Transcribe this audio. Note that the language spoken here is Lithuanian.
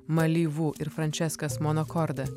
malivu ir frančeskas monakorda